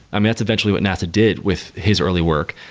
i mean, that's eventually what nasa did with his early work.